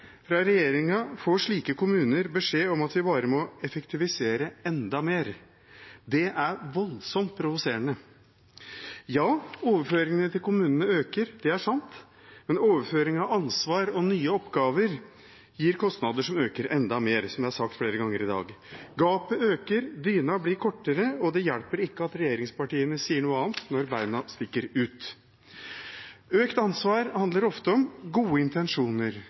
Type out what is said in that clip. Fra regjeringen får slike kommuner beskjed om at vi bare må effektivisere enda mer. Det er voldsomt provoserende. Ja, overføringene til kommunene øker, det er sant. Men overføring av ansvar og nye oppgaver gir kostnader som øker enda mer, som det er sagt flere ganger i dag. Gapet øker, dyna blir kortere, og det hjelper ikke at regjeringspartiene sier noe annet når beina stikker ut. Økt ansvar handler ofte om gode intensjoner,